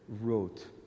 wrote